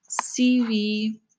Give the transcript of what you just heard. CV